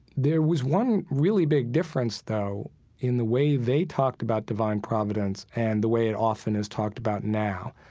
there was one really big difference though in the way they talked about divine providence and the way it often is talked about now.